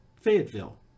Fayetteville